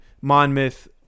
Monmouth